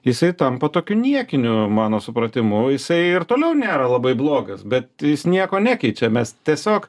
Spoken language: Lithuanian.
jisai tampa tokiu niekiniu mano supratimu jisai ir toliau nėra labai blogas bet jis nieko nekeičia mes tiesiog